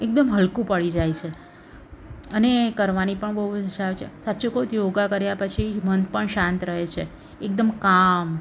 એકદમ હલકું પડી જાય છે અને એ કરવાની પણ બહુ મજા આવે છે સાચું કહું તો યોગા કર્યા પછી મન પણ શાંત રહે છે એકદમ કામ